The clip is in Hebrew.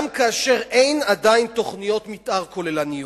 גם כאשר אין עדיין תוכניות מיתאר כוללניות.